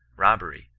robbery,